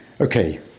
Okay